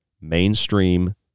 mainstream